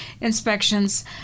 inspections